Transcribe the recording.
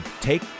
Take